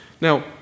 Now